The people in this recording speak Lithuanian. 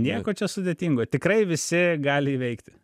nieko čia sudėtingo tikrai visi gali įveikti